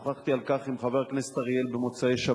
ושוחחתי על כך עם חבר הכנסת אריאל במוצאי-שבת: